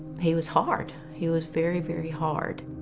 he was hard. he was very, very hard.